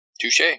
touche